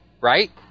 right